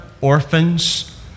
orphans